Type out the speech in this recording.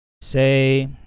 Say